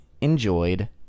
enjoyed